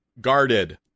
Guarded